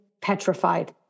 petrified